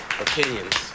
opinions